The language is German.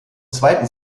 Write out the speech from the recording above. zweiten